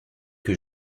que